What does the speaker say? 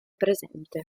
presente